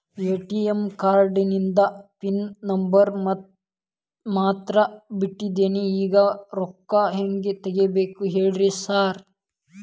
ATM ಕಾರ್ಡಿಂದು PIN number ಮರ್ತ್ ಬಿಟ್ಟಿದೇನಿ ಈಗ ರೊಕ್ಕಾ ಹೆಂಗ್ ತೆಗೆಬೇಕು ಹೇಳ್ರಿ ಸಾರ್